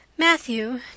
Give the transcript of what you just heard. Matthew